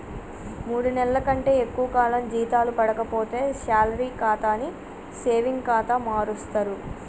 మూడు నెలల కంటే ఎక్కువ కాలం జీతాలు పడక పోతే శాలరీ ఖాతాని సేవింగ్ ఖాతా మారుస్తరు